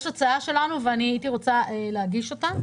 יש הצעה שלנו והייתי רוצה להגיש אותה.